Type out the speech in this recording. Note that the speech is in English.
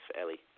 Ellie